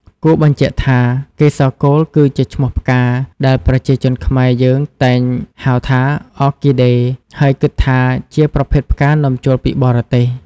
គួរបញ្ជាក់ថា កេសរកូលគឺជាឈ្នោះផ្កា ដែលប្រជាជនខ្មែរយើងតែងហៅថា អ័រគីដេ ហើយគិតថាជាប្រភេទផ្កានាំចូលពីបរទេស។